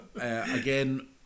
again